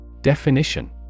Definition